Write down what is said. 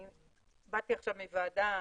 באתי עכשיו מוועדה אחרת,